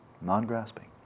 Non-grasping